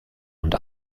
und